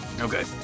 Okay